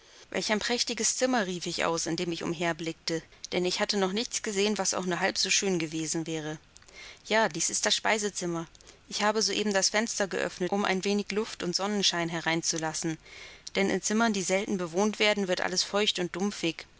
welch ein prächtiges zimmer rief ich aus indem ich umher blickte denn ich hatte noch nichts gesehen was auch nur halb so schön gewesen wäre ja dies ist das speisezimmer ich habe soeben das fenster geöffnet um ein wenig luft und sonnenschein herein zu lassen denn in zimmern die selten bewohnt werden wird alles feucht und dumpfig